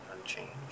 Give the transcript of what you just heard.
unchanged